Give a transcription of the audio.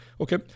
Okay